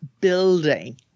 building